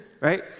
right